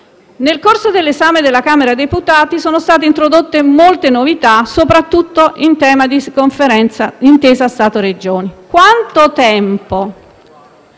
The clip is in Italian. Nel corso dell'esame presso la Camera dei deputati sono state introdotte molte novità, soprattutto in tema di intesa Stato-Regioni. Quanto tempo